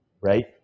right